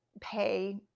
pay